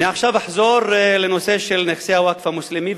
עכשיו אני אחזור לנושא של נכסי הווקף המוסלמי,